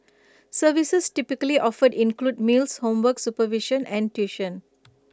services typically offered include meals homework supervision and tuition